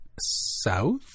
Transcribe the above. South